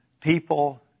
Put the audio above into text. people